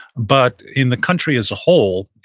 but in the country as a whole,